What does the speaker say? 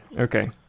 Okay